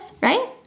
right